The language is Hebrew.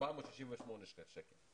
468 שקלים.